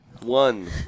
One